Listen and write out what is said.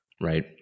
right